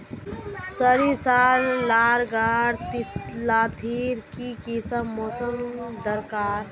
सरिसार ला गार लात्तिर की किसम मौसम दरकार?